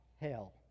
hell